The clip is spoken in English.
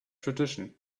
tradition